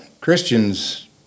Christians